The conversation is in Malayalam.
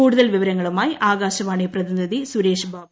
കൂടുതൽ വിവരങ്ങളുമായി ആകാശവാണി പ്രതിനിധി സുരേഷ് ബാബു